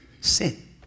Sin